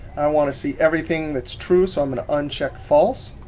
i wanna see everything that's true. so, i'm going to uncheck false.